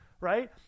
right